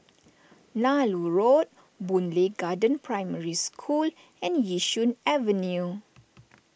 Nallur Road Boon Lay Garden Primary School and Yishun Avenue